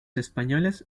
españoles